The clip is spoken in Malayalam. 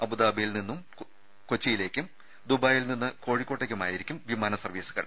അബുദാബിയിൽ നിന്ന് കൊച്ചിയിലേക്കും ദുബായിയിൽ നിന്ന് കോഴിക്കോട്ടേക്കുമായിരിക്കും വിമാന സർവ്വീസുകൾ